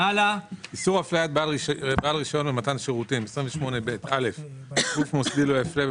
28ב.איסור הפליית בעל רישיון במתן שירותים גוף מוסדי לא יפלה,